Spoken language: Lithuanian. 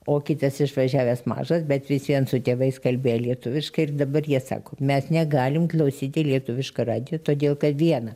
o kitas išvažiavęs mažas bet vis vien su tėvais kalbėjo lietuviškai ir dabar jie sako mes negalim klausyti lietuviško radijo todėl kad viena